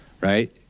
right